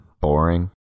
boring